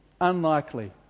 unlikely